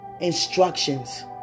Instructions